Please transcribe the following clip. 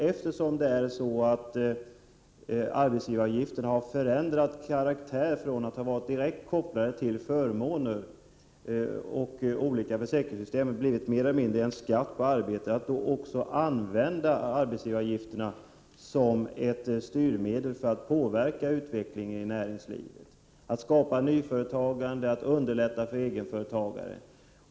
Eftersom arbetsgivaravgifterna har ändrat karaktär, och från att ha varit direkt kopplade till förmåner och olika försäkringssystem blivit mer eller mindre en skatt på arbete, ser vi en möjlighet att använda arbetsgivaravgifterna som ett styrmedel för att påverka utvecklingen i näringslivet — att skapa nyföretagande och att underlätta för egenföretagare.